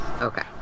Okay